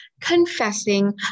confessing